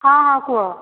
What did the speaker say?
ହଁ ହଁ କୁହ